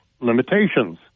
limitations